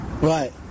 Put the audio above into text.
Right